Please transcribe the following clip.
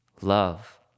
Love